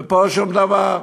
ופה, שום דבר.